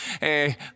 Hey